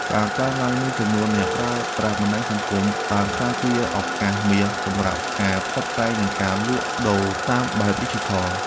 ការកើនឡើងនៃចំនួនអ្នកប្រើប្រាស់បណ្តាញសង្គមបានក្លាយជាឱកាសមាសសម្រាប់ការផ្សព្វផ្សាយនិងការលក់ដូរតាមបែបឌីជីថល។